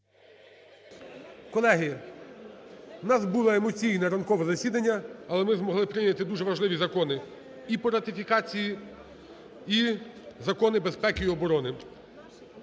Колеги, в нас було емоційне ранкове засідання, але ми змогли прийняти дуже важливі закони і по ратифікації, і закони безпеки і оборони.